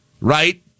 right